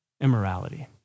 immorality